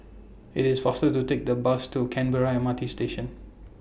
IT IS faster to Take The Bus to Canberra M R T Station